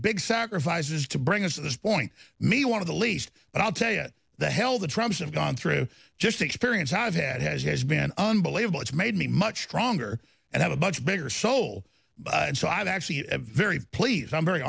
big sacrifices to bring us to this point me one of the least but i'll tell you the hell the tribes have gone through just experience i've had has has been unbelievable it's made me much stronger and have a bunch bigger soul and so i'm actually very pleased i'm very